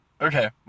Okay